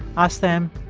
ask them,